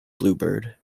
bluebird